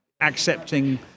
accepting